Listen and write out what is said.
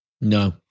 No